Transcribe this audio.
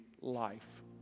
life